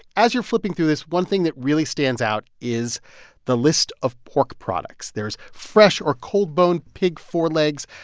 as you're flipping through this, one thing that really stands out is the list of pork products. there is fresh or cold-boned pig forelegs,